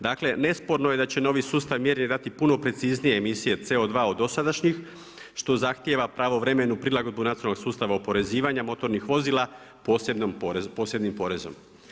Dakle nesporno je da će novi sustav mjerni dati puno preciznije emisije CO2 od dosadašnjih što zahtjeva pravovremenu prilagodbu nacionalnog sustava oporezivanja motornih vozila posebnim porezom.